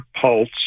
pulse